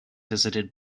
visited